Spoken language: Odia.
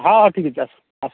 ହଁ ହଁ ଠିକ ଅଛି ଆସ ଆସ